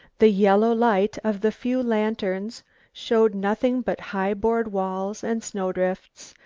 the yellow light of the few lanterns show nothing but high board walls and snow drifts,